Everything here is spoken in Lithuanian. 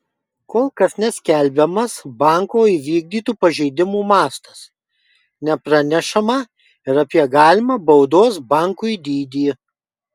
kol kas neskelbiamas banko įvykdytų pažeidimų mastas nepranešama ir apie galimą baudos bankui dydį